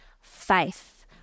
faith